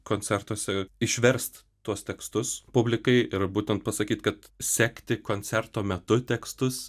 koncertuose išverst tuos tekstus publikai ir būtent pasakyt kad sekti koncerto metu tekstus